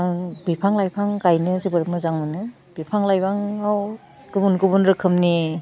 आं बिफां लाइफां गायनो जोबोद नोजां मोनो बिफां लाइफाङाव गुबुन गुबुन रोखोमनि